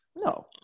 No